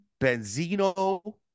Benzino